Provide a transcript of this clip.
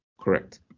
Correct